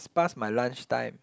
it's pass my lunch time